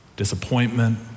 Disappointment